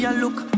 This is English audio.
look